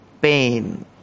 pain